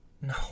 No